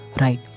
right